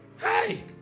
Hey